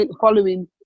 following